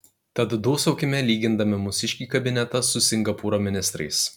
tad dūsaukime lygindami mūsiškį kabinetą su singapūro ministrais